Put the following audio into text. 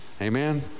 Amen